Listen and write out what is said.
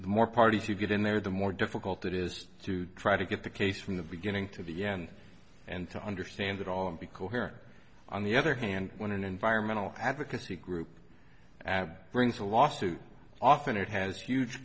more parties you get in there the more difficult it is to try to get the case from the beginning to the end and to understand it all because here on the other hand when an environmental advocacy group ad brings a lawsuit often it has huge